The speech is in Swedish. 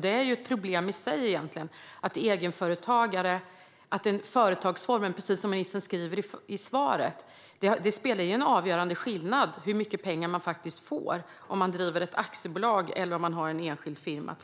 Det är egentligen ett problem i sig att företagsformen, precis som ministern skriver i svaret, gör en avgörande skillnad i hur mycket pengar man får om man driver ett aktiebolag eller till exempel har en enskild firma.